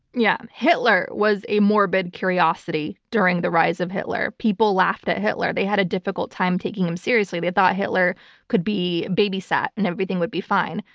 yeah. and hitler was a morbid curiosity during the rise of hitler. people laughed at hitler. they had a difficult time taking him seriously. they thought hitler could be babysat and everything would be fine.